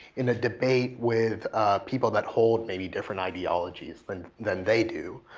in a debate with people that hold, maybe different ideologies than than they do.